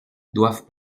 doivent